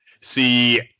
see